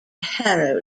harrow